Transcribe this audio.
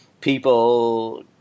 people –